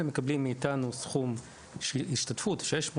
והם מקבלים מאיתנו סכום השתתפות של 600,